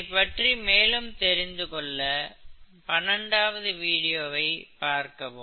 இதைப் பற்றி மேலும் தெரிந்து கொள்ள 12வது வீடியோவை பார்க்கவும்